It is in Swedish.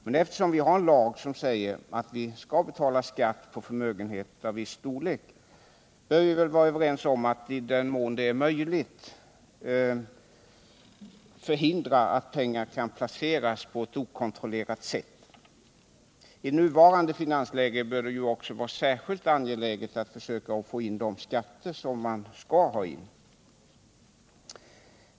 Men eftersom det finns en lag som säger att man skall betala skatt på förmögenheter av viss storlek, bör vi väl vara överens om att i den mån det är möjligt förhindra att pengar kan placeras på ett okontrollerat sätt. I nuvarande finansläge bör det också vara särskilt angeläget att försöka få ut så mycket som möjligt av de skatter som det finns anledning att ta ut.